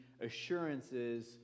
assurances